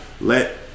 let